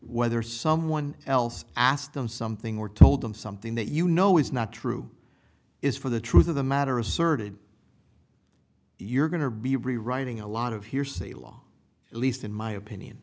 whether someone else asked them something or told them something that you know is not true is for the truth of the matter asserted you're going to be rewriting a lot of hearsay law at least in my opinion